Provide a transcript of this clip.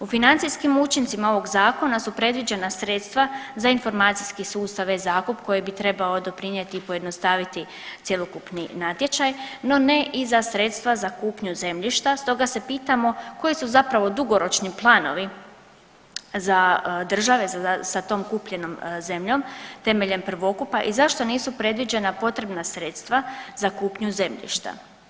O financijskim učincima ovog zakona su predviđena sredstva za informacijski sustav e-zakup koji bi trebao doprinjeti i pojednostaviti cjelokupni natječaj, no ne i za sredstva za kupnju zemljišta, stoga se pitamo koji su zapravo dugoročni planovi za države sa tom kupljenom zemljom temeljem prvokupa i zašto nisu predviđena potrebna sredstva za kupnju zemljišta.